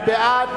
מי בעד?